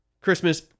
Christmas